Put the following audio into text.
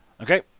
Okay